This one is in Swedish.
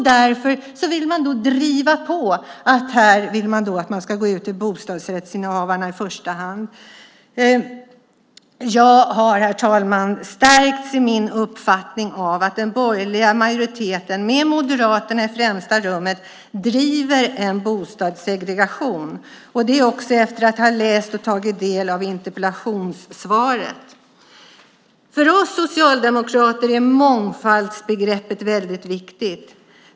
Därför vill man driva på att man ska gå ut till bostadsrättsinnehavarna i första hand. Jag har, herr talman, stärkts i min uppfattning att den borgerliga majoriteten med Moderaterna i spetsen driver fram en bostadssegregation - också efter att läst interpellationssvaret. För oss socialdemokrater är mångfaldsbegreppet viktigt.